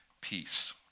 peace